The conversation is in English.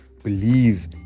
Believe